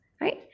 right